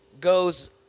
goes